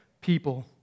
people